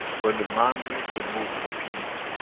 when the man makes a move for peace,